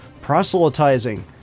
proselytizing